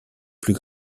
plus